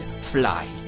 fly